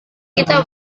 kita